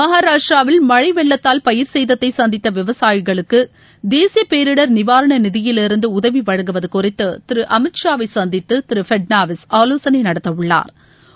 மகாராஷ்ட்ராவில் மழை வெள்ளத்தால் பயிர் சகேத்தை சந்தித்த விவசாயிகளுக்கு தேசிய பேரிடர் நிவாரண நிதியிலிருந்து உதவி வழங்குவது குறித்து திரு அமித் ஷாவை சந்தித்து திரு பட்னாவிஸ் ஆலோசனை நடத்தவுள்ளாா்